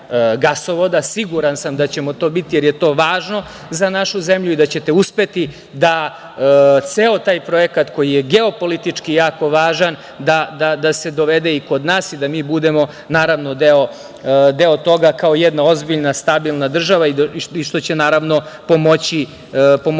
Siguran sam da ćemo to biti, jer je to važno za našu zemlju i da ćete uspeti da ceo taj projekat koji je geopolitički jako važan, da se dovede i kod nas i da mi budemo, naravno deo toga kao jedan ozbiljna, stabilna država, što će naravno pomoći daljem